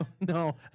No